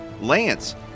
Lance